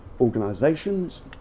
organisations